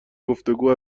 گفتگو